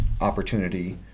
opportunity